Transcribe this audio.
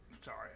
sorry